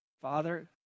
Father